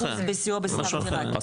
סיוע בשכר דירה, כן.